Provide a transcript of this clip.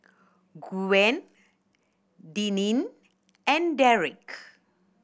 Gwen Deneen and Derick